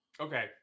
okay